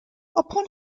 upon